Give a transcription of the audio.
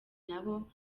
nabo